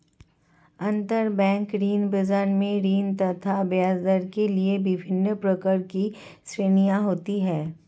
अंतरबैंक ऋण बाजार में ऋण तथा ब्याजदर के लिए विभिन्न प्रकार की श्रेणियां होती है